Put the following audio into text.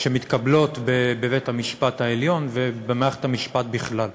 שמתקבלות בבית-המשפט העליון ובמערכת המשפט בכלל,